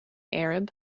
arab